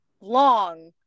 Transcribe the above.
long